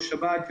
בשבת,